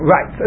Right